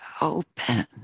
open